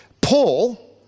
Paul